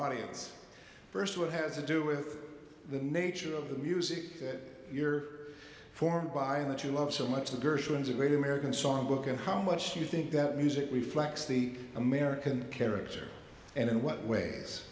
audience first what has to do with the nature of the music that you're formed by that you love so much the gershwin's a great american songbook and how much you think that music reflects the american character and in what ways